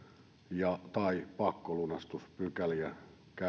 ja tai pakkolunastuspykäliä